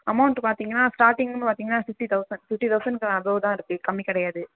amount பார்த்தீங்கன்னா ஸ்டார்டிங்குன்னு பார்த்தீங்கன்னா ஃபிஃப்டி தௌசண்ட் ஃபிஃப்டி தௌசண்ட்னுக்கு அபோவு தான் இருக்குது கம்மி கிடையாது